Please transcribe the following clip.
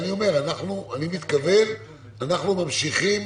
אנחנו ממשיכים